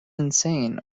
insane